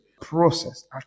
process